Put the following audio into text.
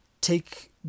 take